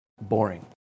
boring